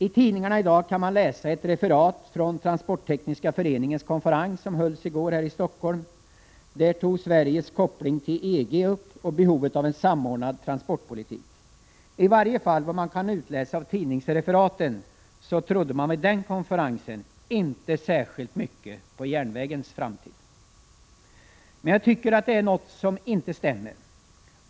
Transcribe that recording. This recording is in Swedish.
I tidningarna i dag kan man läsa ett referat från Transporttekniska föreningens konferens som hölls i går här i Stockholm. Där togs Sveriges koppling till EG upp och behovet av en samordnad transportpolitik. I varje fall enligt vad som kan utläsas av tidningsreferaten, trodde man vid den konferensen inte särskilt mycket på järnvägens framtid. Men jag tycker att det är något som inte stämmer.